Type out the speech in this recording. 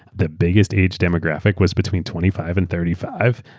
the biggest age demographic was between twenty five and thirty five.